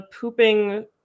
pooping